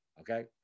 okay